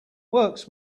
works